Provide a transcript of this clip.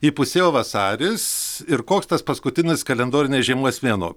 įpusėjo vasaris ir koks tas paskutinis kalendorinės žiemos mėnuo